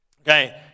Okay